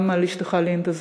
גם על אשתך לינדה,